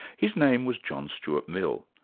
his name was john stuart mill,